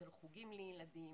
על חוגים לילדים,